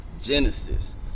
Genesis